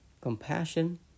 compassion